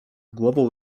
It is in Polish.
głową